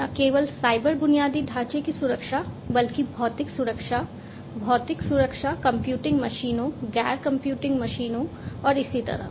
न केवल साइबर बुनियादी ढांचे की सुरक्षा बल्कि भौतिक सुरक्षा भौतिक सुरक्षा कंप्यूटिंग मशीनों गैर कंप्यूटिंग मशीनों और इसी तरह